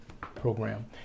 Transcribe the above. program